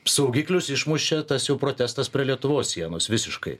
saugiklius išmušė tas jau protestas prie lietuvos sienos visiškai